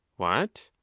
what!